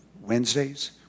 Wednesdays